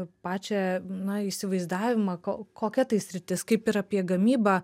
pačią na įsivaizdavimą kokia tai sritis kaip ir apie gamybą